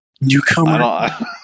newcomer